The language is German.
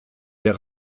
der